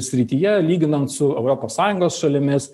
srityje lyginant su europos sąjungos šalimis